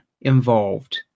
involved